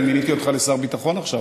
אני מיניתי אותך לשר ביטחון עכשיו,